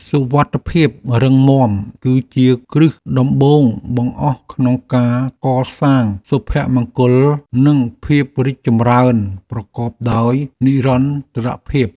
សុវត្ថិភាពរឹងមាំគឺជាគ្រឹះដំបូងបង្អស់ក្នុងការកសាងសភមង្គលនិងភាពរីកចម្រើនប្រកបដោយនិរន្តរភាព។